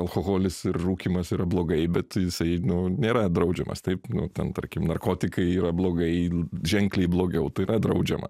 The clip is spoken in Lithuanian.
alkoholis ir rūkymas yra blogai bet jisai nu nėra draudžiamas taip nu ten tarkim narkotikai yra blogai ženkliai blogiau tai yra draudžiama